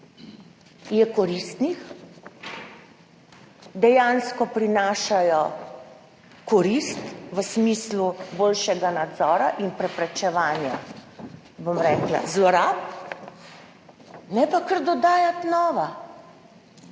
je koristnih, dejansko prinašajo korist v smislu boljšega nadzora in preprečevanja zlorab, ne pa kar dodajati novih.